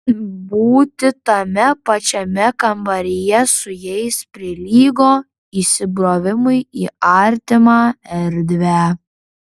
būti tame pačiame kambaryje su jais prilygo įsibrovimui į artimą erdvę